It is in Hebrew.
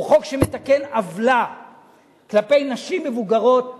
הוא חוק שמתקן עוולה כלפי נשים מבוגרות שחלקן,